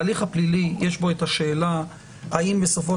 ההליך הפלילי יש בו את השאלה האם בסופו